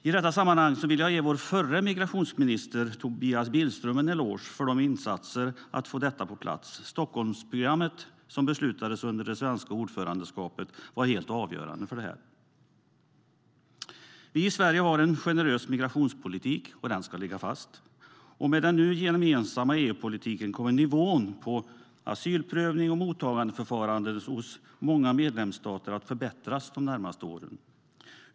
I detta sammanhang vill jag ge vår förre migrationsminister Tobias Billström en eloge för hans insatser att få detta på plats. Stockholmsprogrammet, som beslutades under det svenska ordförandeskapet, var helt avgörande för detta. Vi i Sverige har en generös migrationspolitik, och den ska ligga fast. Med den nu gemensamma EU-politiken kommer nivån på asylprövnings och mottagandeförfarandet hos många medlemsstater att förbättras inom de närmaste åren.